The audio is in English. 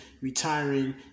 retiring